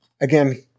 again